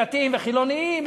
דתיים וחילונים,